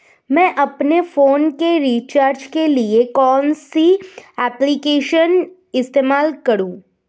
मैं अपने फोन के रिचार्ज के लिए कौन सी एप्लिकेशन इस्तेमाल करूँ?